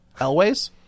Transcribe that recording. Elways